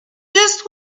just